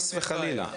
חס וחלילה.